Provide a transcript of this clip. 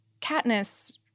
Katniss